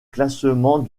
classement